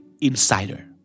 Insider